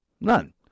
None